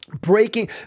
breaking